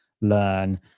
learn